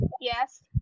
Yes